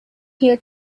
here